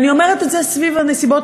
ואני אומרת את זה סביב הנסיבות.